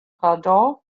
pardon